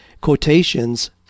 quotations